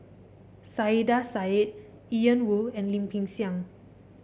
Saiedah Said Ian Woo and Lim Peng Siang